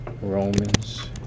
romans